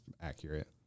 accurate